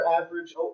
average